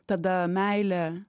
tada meilė